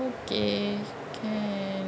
okay can